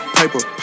paper